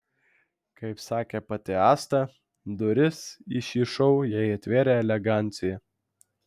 kaip sakė pati asta duris į šį šou jai atvėrė elegancija